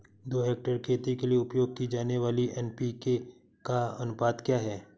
दो हेक्टेयर खेती के लिए उपयोग की जाने वाली एन.पी.के का अनुपात क्या है?